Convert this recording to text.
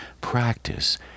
practice